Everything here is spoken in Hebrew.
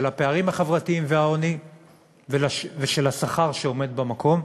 של הפערים החברתיים והעוני ושל השכר שעומד במקום,